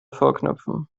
vorknöpfen